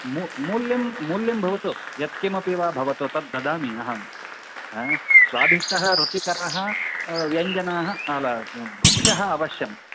मू मूल्यं मूल्यं भवतु यत्किमपि वा भवतु तद् ददामि अहं अ स्वादिष्टः रुचिकरः व्यञ्जनः अल भक्षः अवश्यम्